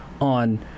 on